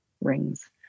rings